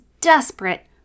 desperate